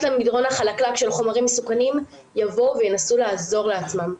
למדרון החלקלק של החומרים המסוכנים יבואו וינסו לעזור לעצמם.